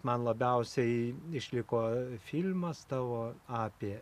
man labiausiai išliko filmas tavo apie